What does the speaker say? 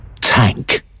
Tank